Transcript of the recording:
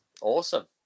Awesome